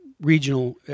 regional